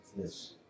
Yes